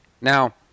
Now